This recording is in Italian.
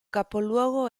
capoluogo